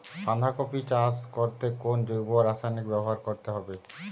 বাঁধাকপি চাষ করতে কোন জৈব রাসায়নিক ব্যবহার করতে হবে?